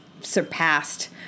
surpassed